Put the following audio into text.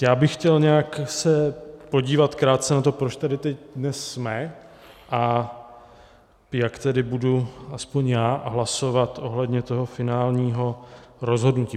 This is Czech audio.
Já bych chtěl nějak se podívat krátce na to, proč tady dnes jsme a jak tedy budu aspoň já hlasovat ohledně toho finálního rozhodnutí.